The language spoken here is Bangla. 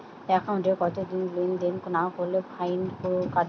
একাউন্টে কতদিন লেনদেন না করলে ফাইন কাটবে?